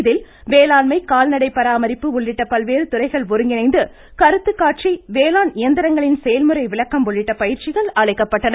இதில் வேளாண்மை கால்நடை பராமரிப்பு உள்ளிட்ட பல்வேறு துறைகள் ஒருங்கிணைந்து கருத்துக்காட்சி வேளாண் இயந்திரங்களின் செயல்முறை விளக்கம் உள்ளிட்ட பயிற்சிகள் அளிக்கப்பட்டன